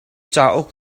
cauk